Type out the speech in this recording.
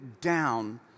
down